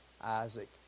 Isaac